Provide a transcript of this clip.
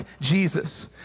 Jesus